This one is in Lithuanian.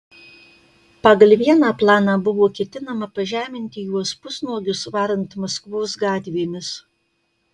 pagal vieną planą buvo ketinama pažeminti juos pusnuogius varant maskvos gatvėmis